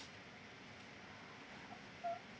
uh uh